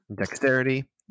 Dexterity